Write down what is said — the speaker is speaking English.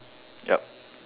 yup